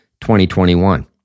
2021